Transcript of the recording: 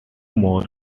more